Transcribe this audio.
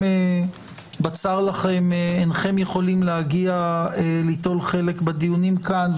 אם בצר לכם אינכם יכולים להגיע ליטול חלק בדיונים כאן,